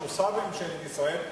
שהוא שר בממשלת ישראל,